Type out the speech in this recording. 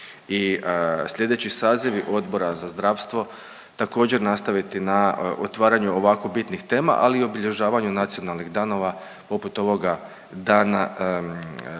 i slijedeći sazivi Odbora za zdravstvo također nastaviti na otvaranju ovako bitnih tema, ali i obilježavanju nacionalnih danova poput ovoga dana,